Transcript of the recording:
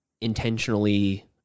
intentionally